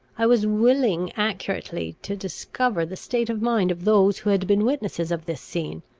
i was willing accurately to discover the state of mind of those who had been witnesses of this scene,